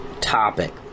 topic